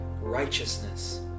righteousness